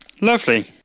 Lovely